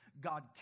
God